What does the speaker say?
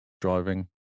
driving